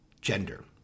gender